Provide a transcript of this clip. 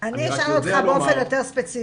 אני רק יודע לומר --- אני אשאל אותך באופן יותר ספציפי,